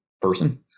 person